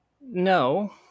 No